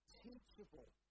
teachable